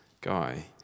guy